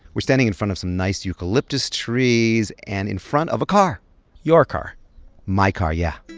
we're standing in front of some nice eucalyptus trees and in front of a car your car my car, yeah